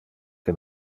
que